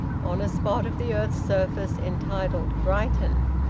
on a spot of the earth's surface entitled brighton,